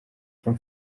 from